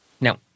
Now